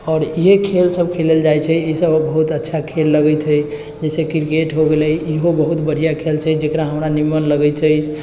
आओर इएहे खेल सभ खेलल जाइ छै ई सभ बहुत अच्छा खेल लगैत है जैसे क्रिकेट हो गेलै ईहो बहुत बढ़िआँ खेल छै जेकरा हमरा निमन लगै छै